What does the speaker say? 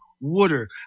water